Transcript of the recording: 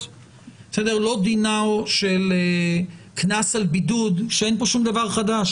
לא דינו של קנס על בידוד - שאין פה שום דבר חדש,